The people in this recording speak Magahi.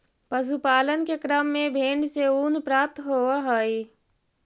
पशुपालन के क्रम में भेंड से ऊन प्राप्त होवऽ हई